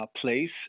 place